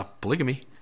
Polygamy